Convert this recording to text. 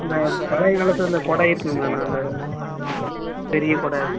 இந்த பழையகாலத்தில் இந்த குட இருக்குதுங்களாண்ணா அந்த பெரிய குட